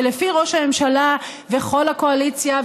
שלפי ראש הממשלה וכל הקואליציה,